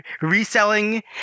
reselling